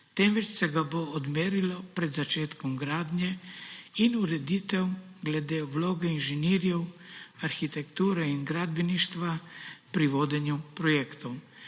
temveč se ga bo odmerilo pred začetkom gradnje, in ureditev glede vloge inženirjev, arhitekture in gradbeništva pri vodenju projektov,